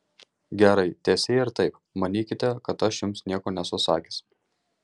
gerai teesie ir taip manykite kad aš jums nieko nesu sakęs